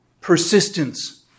persistence